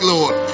Lord